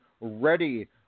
ready